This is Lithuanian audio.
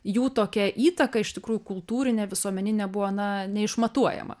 jų tokia įtaka iš tikrųjų kultūrinė visuomeninė buvo na neišmatuojama